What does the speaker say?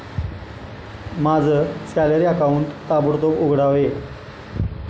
माझं salary account ताबडतोब उघडावे